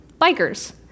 Bikers